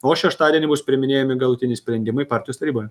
o šeštadienį bus priiminėjami galutiniai sprendimai partijos taryboj